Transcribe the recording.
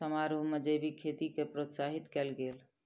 समारोह में जैविक खेती के प्रोत्साहित कयल गेल